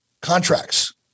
contracts